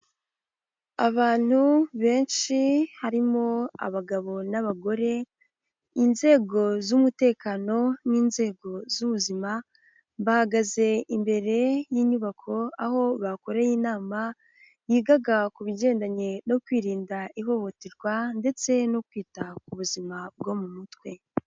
Abantu benshi harimo abagabo n'abagore, inzego z'umutekano n'inzego z'ubuzima, bahagaze imbere y'inyubako aho bakoreye inama yigaga ku bigendanye no kwirinda ihohoterwa ndetse no kwita ku buzima bwo mu mutwe.